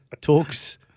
talks